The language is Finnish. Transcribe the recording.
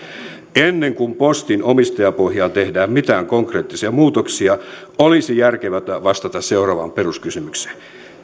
ennen kuin postin omistajapohjaan tehdään mitään konkreettisia muutoksia olisi järkevää vastata seuraavaan peruskysymykseen